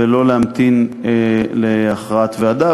ולא להמתין להכרעת ועדה.